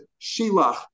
Shilach